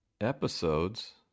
episodes